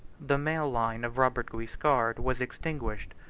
the male line of robert guiscard was extinguished,